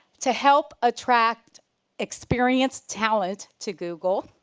to help attract experienced talent to google,